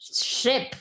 ship